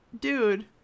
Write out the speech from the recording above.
dude